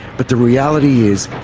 but the reality is,